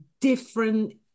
different